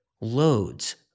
loads